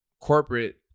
corporate